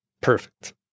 Perfect